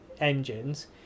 engines